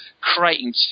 creating